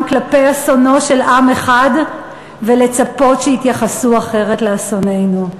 כלפי אסונו של עם אחד ולצפות שיתייחסו אחרת לאסוננו.